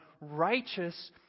righteous